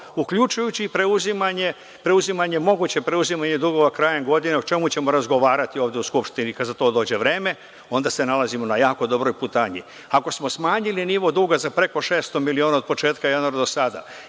uključujući preuzimanje, moguće preuzimanje dugova krajem godine, o čemu ćemo razgovarati ovde u Skupštini kada za to dođe vreme, onda se nalazimo na jako dobroj putanji. Ako smo smanjili nivo duga za preko 600 miliona od početka januara do sada,